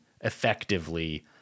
effectively